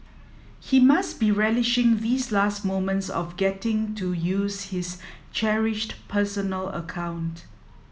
he must be relishing these last moments of getting to use his cherished personal account